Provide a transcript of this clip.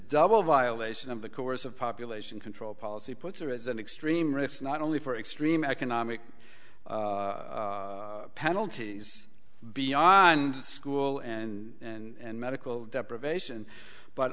double violation of the course of population control policy puts her as an extreme risks not only for extreme economic penalties beyond school and and medical deprivation but